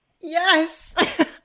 Yes